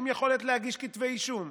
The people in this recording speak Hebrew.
עם יכולת להגיש כתבי אישום,